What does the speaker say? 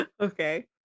Okay